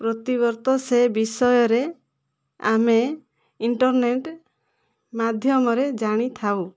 ପ୍ରତିବର୍ତ୍ତ ସେ ବିଷୟରେ ଆମେ ଇଣ୍ଟରନେଟ୍ ମାଧ୍ୟମରେ ଜାଣିଥାଉ